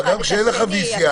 גם כשאין לך VC,